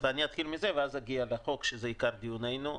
אני אתחיל מזה ואז אגיע לחוק שהוא עיקר דיוננו.